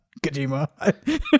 Kojima